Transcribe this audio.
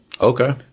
okay